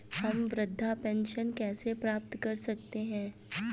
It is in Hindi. हम वृद्धावस्था पेंशन कैसे प्राप्त कर सकते हैं?